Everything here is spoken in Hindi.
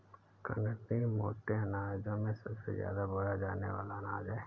कंगनी मोटे अनाजों में सबसे ज्यादा बोया जाने वाला अनाज है